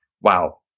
Wow